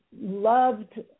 loved